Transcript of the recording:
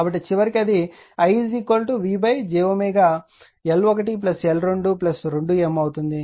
కాబట్టి చివరికి అది ivjL1L22M అవుతుంది